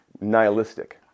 nihilistic